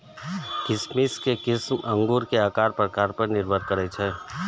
किशमिश के किस्म अंगूरक आकार प्रकार पर निर्भर करै छै